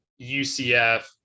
ucf